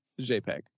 JPEG